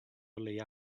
leia